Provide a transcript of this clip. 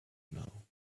know